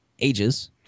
ages